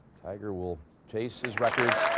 tiger will chase his records.